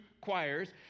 choirs